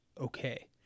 okay